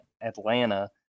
Atlanta